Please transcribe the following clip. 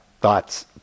thoughts